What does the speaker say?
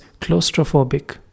claustrophobic